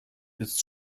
ist